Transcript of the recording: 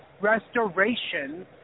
restoration